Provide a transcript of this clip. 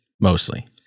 mostly